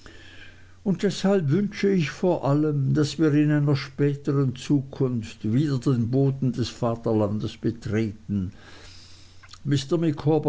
und deshalb wünsche ich vor allem daß wir in einer spätern zukunft wieder den boden des vaterlandes betreten